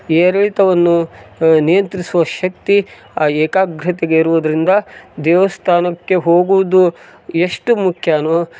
ಏರಿಳಿತವನ್ನು ನಿಯಂತ್ರಿಸುವ ಶಕ್ತಿ ಆ ಏಕಾಗ್ರತೆಗೆ ಇರುವುದರಿಂದ ದೇವಸ್ಥಾನಕ್ಕೆ ಹೋಗುವುದು ಎಷ್ಟು ಮುಖ್ಯನೋ